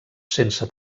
sense